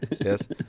Yes